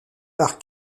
par